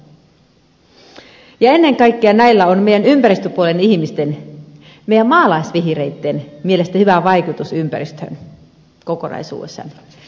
ennen kaikkea näillä on meidän ympäristöpuolen ihmisten meidän maalaisvihreitten mielestä hyvä vaikutus ympäristöön kokonaisuudessaan